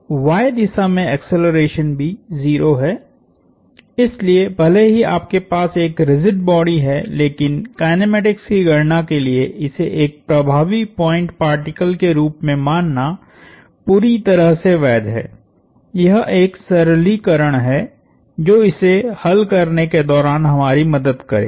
तो y दिशा में एक्सेलरेशन भी 0 है इसलिए भले ही आपके पास एक रिजिड बॉडी है लेकिन काइनेमेटिक्स की गणना के लिए इसे एक प्रभावी पॉइंट पार्टिकल के रूप में मानना पूरी तरह से वैध है यह एक सरलीकरण है जो इसे हल करने के दौरान हमारी मदद करेगा